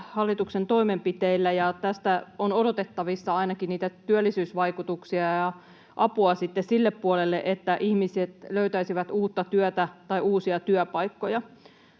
hallituksen toimenpiteillä, ja tästä on odotettavissa ainakin niitä työllisyysvaikutuksia ja apua sitten sille puolelle, että ihmiset löytäisivät uutta työtä tai uusia työpaikkoja.